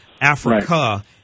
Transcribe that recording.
Africa